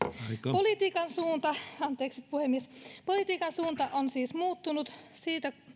politiikan suunta anteeksi puhemies on siis muuttunut siitä